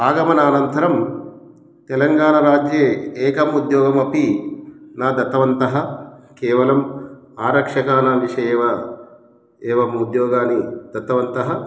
आगमनानन्तरं तेलङ्गाणाराज्ये एकमुद्योगमपि न दत्तवन्तः केवलम् आरक्षकाणां विषये एव एवम् उद्योगानि दत्तवन्तः